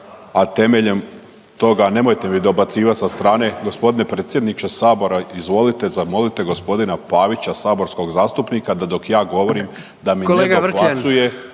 razumije/…nemojte mi dobacivat sa strane. Gospodine predsjedniče sabora, izvolite, zamolite g. Pavića, saborskog zastupnika da dok ja govorim da mi ne dobacuje